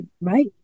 Right